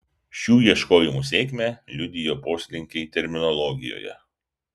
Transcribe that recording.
šių ieškojimų sėkmę liudijo poslinkiai terminologijoje